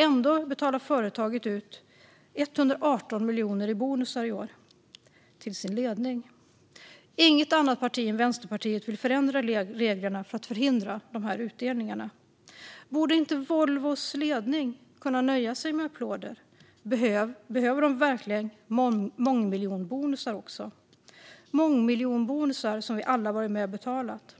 Ändå betalar företaget i år ut 118 miljoner i bonusar till sin ledning. Inget annat parti än Vänsterpartiet vill förändra reglerna för att förhindra dessa utdelningar. Borde inte Volvos ledning kunna nöja sig med applåder? Behöver de verkligen mångmiljonbonusar också? Det är mångmiljonbonusar som vi alla varit med och betalat,